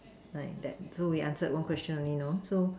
like that so we answered one question only know so